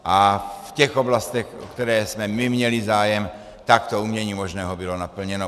A v těch oblastech, o které jsme my měli zájem, tak to umění možného bylo naplněno.